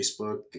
Facebook